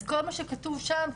אז כל מה שכתוב שם,